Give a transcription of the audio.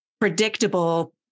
predictable